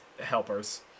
helpers